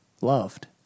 loved